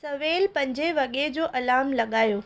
सवेल पंजे वॻे जो अलार्म लॻायो